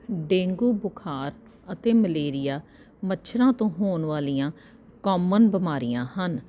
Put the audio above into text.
dengue ਬੁਖਾਰ ਅਤੇ malaria ਮੱਛਰਾਂ ਤੋਂ ਹੋਣ ਵਾਲੀਆਂ ਕਾਮਨ ਬਿਮਾਰੀਆਂ ਹਨ